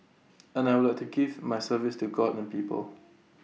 and I would like to give my service to God and people